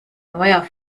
neuer